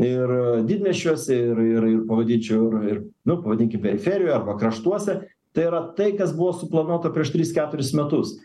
ir didmiesčiuose ir ir pavadinčiau ir nu pavadinkim periferijoj arba kraštuose tai yra tai kas buvo suplanuota prieš tris keturis metus